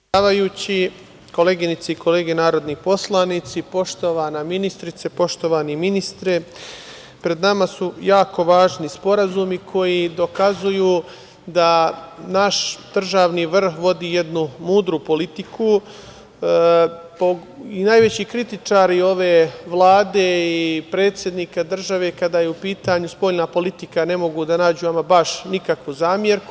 Poštovani predsedavajući, koleginice i kolege narodni poslanici, poštovana ministrice, poštovani ministre, pred nama su jako važni sporazumi koji dokazuju da naš državni vrh vodi jednu mudru politiku i najveći kritičari ove Vlade i predsednika države kada je u pitanju spoljna politika ne mogu da nađu ama baš nikakvu zamerku.